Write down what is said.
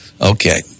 Okay